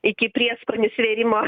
iki prieskonių svėrimo